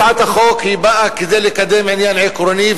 הצעת החוק באה לקדם עניין עקרוני,